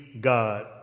God